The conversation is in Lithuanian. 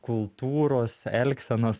kultūros elgsenos